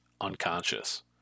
unconscious